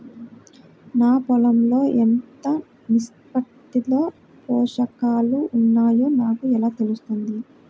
నా పొలం లో ఎంత నిష్పత్తిలో పోషకాలు వున్నాయో నాకు ఎలా తెలుస్తుంది?